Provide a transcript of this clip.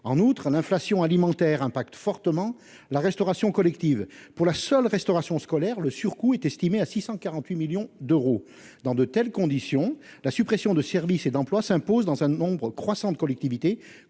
De plus, l'inflation alimentaire se répercute fortement sur la restauration collective ; pour la seule restauration scolaire, le surcoût est estimé à 648 millions d'euros. Dans de telles conditions, la suppression de services et d'emplois s'impose dans un nombre croissant de collectivités